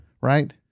Right